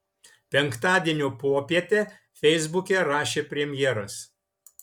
penktadienio popietę feisbuke rašė premjeras